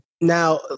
Now